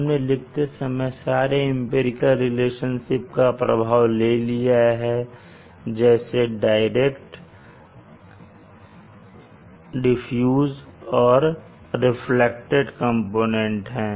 हमने लिखते समय सारे एम्पिरिकल रिलेशनशिप का प्रभाव ले लिया है जैसे डायरेक्ट डिफ्यूज Hd 1 Cosβ 2 और रिफ्लेक्टेड Haρ 1 Cosβ 2 कंपोनेंट हैं